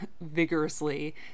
vigorously